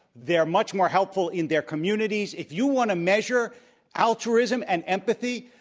they are much more helpful in their communities. if you want to measure altruism and empathy,